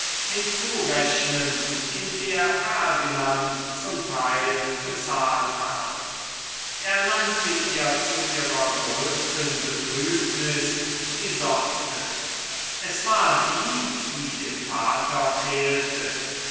hinzurechnen in der ferdinand zum teil bezahlt habe er nannte ihr zu ihrer größten betrübnis die sorte es war die die dem vater fehlte